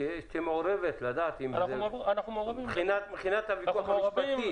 תהיה מעורבת, מבחינת הוויכוח המשפטי.